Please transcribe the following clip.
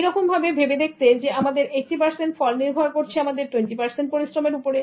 এই রকমভবে ভেবে দেখতে যে আমাদের 80 ফল নির্ভর করছে আমাদের 20 পরিশ্রমের উপরে